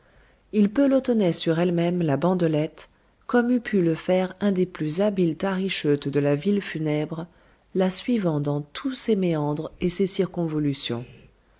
il pelotonnait sur elle-même la bandelette comme eût pu le faire un des plus habiles tarischeutes de la ville funèbre la suivant dans tous ses méandres et ses